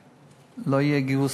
לא יהיה גיוס,